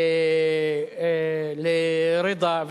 לרדא,